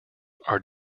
are